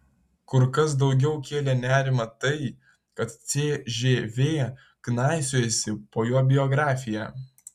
kur kas daugiau kėlė nerimą tai kad cžv knaisiojasi po jo biografiją